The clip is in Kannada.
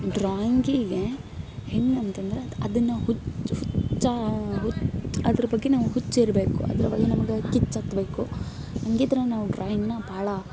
ಡ್ರಾಯಿಂಗಿಗೆ ಹೇಗಂತಂದ್ರೆ ಅದನ್ನು ಹುಚ್ಚು ಹುಚ್ಚ ಹುಚ್ಚು ಅದ್ರ ಬಗ್ಗೆ ನಮಗೆ ಹುಚ್ಚಿರ್ಬೇಕು ಅದ್ರ್ ಬಗ್ಗೆ ನಮ್ಗೆ ಕಿಚ್ಚು ಹತ್ಬೇಕು ಹಾಗಿದ್ರೆ ನಾವು ಡ್ರಾಯಿಂಗ್ನ ಭಾಳ